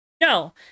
No